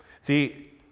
See